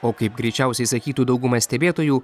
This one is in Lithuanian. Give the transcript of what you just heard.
o kaip greičiausiai sakytų dauguma stebėtojų